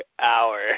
hour